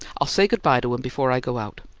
i'll say good-bye to him before i go out.